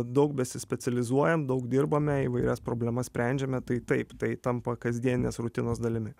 daug besispecializuom daug dirbame įvairias problemas sprendžiame tai taip tai tampa kasdienės rutinos dalimi